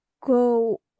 go